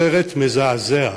סרט מזעזע,